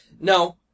No